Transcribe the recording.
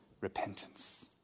repentance